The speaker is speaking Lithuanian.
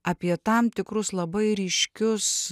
apie tam tikrus labai ryškius